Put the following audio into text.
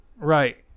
Right